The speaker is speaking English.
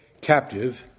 captive